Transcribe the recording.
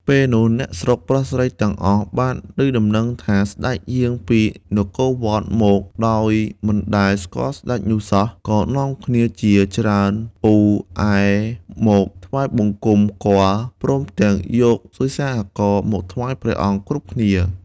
ពេលនោះ អ្នកស្រុកប្រុសស្រីទាំងអស់បានឮដំណឹងថាសេ្តចយាងពីនគរវត្តមក ដោយមិនដែលស្គាល់សេ្តចនោះសោះ ក៏នាំគ្នាជាច្រើនអ៊ូអែមកថ្វាយបង្គំគាល់ ព្រមទាំងយកសួយអាកររមកថ្វាយព្រះអង្គគ្រប់គ្នា។